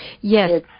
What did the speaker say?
Yes